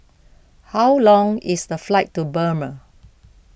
how long is the flight to Burma